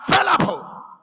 available